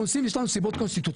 עושים יש לנו סיבות קונסטיטוציוניות,